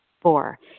Four